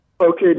Okay